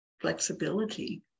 flexibility